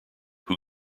who